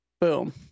Boom